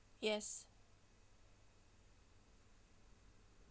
yes